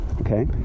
Okay